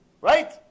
right